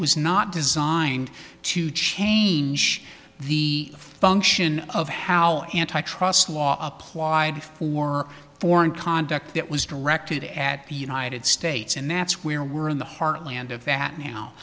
was not designed to change the function of how antitrust law applied for foreign conduct that was directed at the united states and that's where we're in the heartland of that now